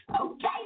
Okay